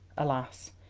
alas!